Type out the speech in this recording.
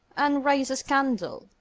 and raise a scandal.